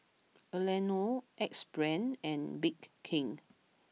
Anello Axe Brand and Bake King